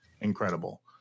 incredible